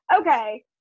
Okay